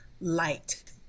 light